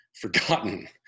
forgotten